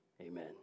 Amen